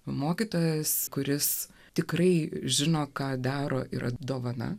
mokytojas kuris tikrai žino ką daro yra dovana